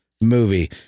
movie